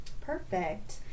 Perfect